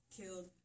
killed